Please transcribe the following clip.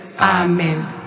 Amen